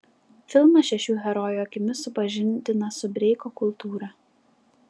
filmas šešių herojų akimis supažindina su breiko kultūra